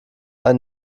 ein